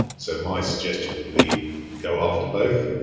so my suggestion would be go after both.